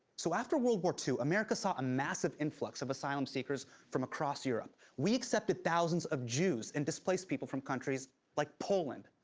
so after world war ii, america saw a massive influx of asylum seekers from across europe. we accepted thousands of jews and displaced people from countries like poland,